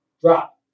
drop